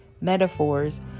metaphors